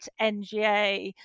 NGA